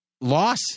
loss